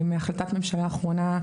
מהחלטת ממשלה אחרונה,